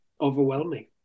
overwhelming